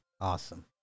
Awesome